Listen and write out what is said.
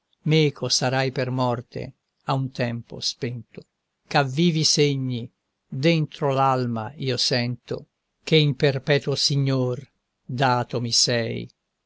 meco sarai per morte a un tempo spento ch'a vivi segni dentro l'alma io sento che in perpetuo signor dato mi sei